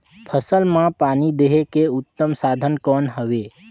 फसल मां पानी देहे के उत्तम साधन कौन हवे?